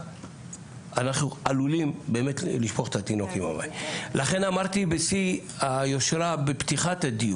אנחנו התחלנו מהלך עם משרד החינוך להכשרה או לבנות קורס של סייעות לגני